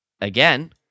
Again